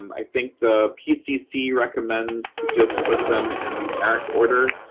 um i think the pcc recommends to just put them in numeric order,